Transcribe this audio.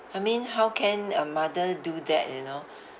I mean how can a mother do that you know